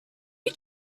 you